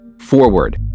Forward